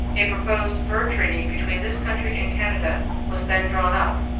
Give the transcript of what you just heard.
a proposed bird treaty between this country and canada was then drawn up,